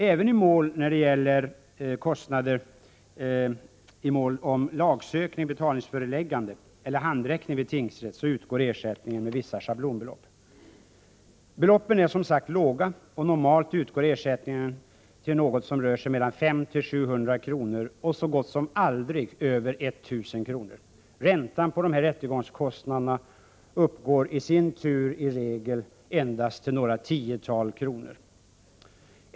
Även i mål om lagsökning, betalningsföreläggande eller handräckning vid tingsrätt utgår ersättningen med vissa schablonbelopp. Beloppen är som sagt låga. Normalt uppgår ersättningen till ett belopp på mellan 500 och 700 kr., så gott som aldrig över 1000 kr. Räntan på rättegångskostnaderna uppgår i sin tur i regel endast till några tiotal kronor.